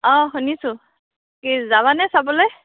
অ' শুনিছোঁ কি যাবানে চাবলৈ